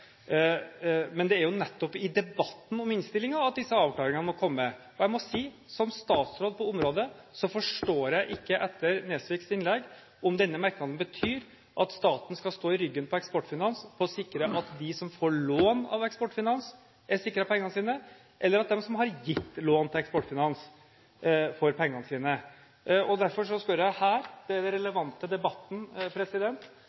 Men det er jo nettopp i debatten om innstillingen at disse avklaringene må komme. Jeg må si at som statsråd på området forstår jeg ikke etter Nesviks innlegg om denne merknaden betyr at staten skal stå i ryggen på Eksportfinans og sikre at de som får lån av Eksportfinans, er sikret pengene sine, eller om den betyr at de som har gitt lån til Eksportfinans, får pengene sine. Derfor spør jeg her – det er